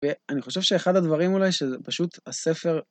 ואני חושב שאחד הדברים אולי, שזה פשוט הספר...